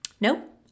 Nope